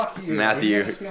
Matthew